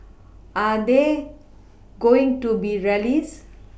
are they going to be rallies